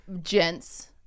Gents